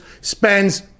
spends